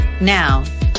Now